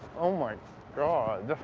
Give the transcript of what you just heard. oh, my god.